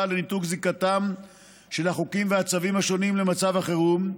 לניתוק זיקתם של החוקים והצווים השונים למצב החירום,